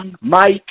Mike